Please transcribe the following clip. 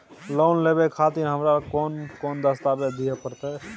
Loan लेवे खातिर हमरा कोन कौन दस्तावेज दिय परतै?